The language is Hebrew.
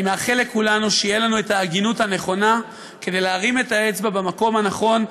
אני מאחל לכולנו שתהיה לנו ההגינות הנכונה להרים את האצבע במקום הנכון,